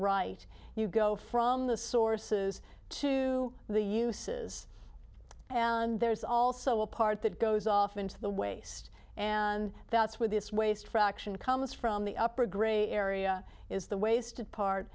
right you go from the sources to the uses and there is also a part that goes off into the waste and that's where this waste fraction comes from the upper grey area is the waste of part